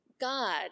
God